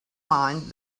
mind